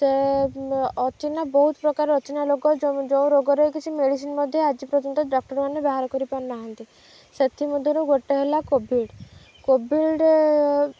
ସେ ଅଚିହ୍ନା ବହୁତ ପ୍ରକାର ଅଚିହ୍ନା ରୋଗ ଯେଉଁ ରୋଗରେ କିଛି ମେଡ଼ିସିନ୍ ମଧ୍ୟ ଆଜି ପର୍ଯ୍ୟନ୍ତ ଡକ୍ଟରମାନେ ବାହାର କରିପାରୁନାହାନ୍ତି ସେଥିମଧ୍ୟରୁ ଗୋଟେ ହେଲା କୋଭିଡ୍ କୋଭିଡ୍